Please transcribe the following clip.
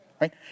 right